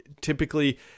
typically